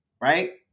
right